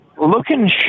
Looking